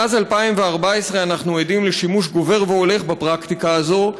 מאז 2014 אנחנו עדים לשימוש גובר והולך בפרקטיקה הזו.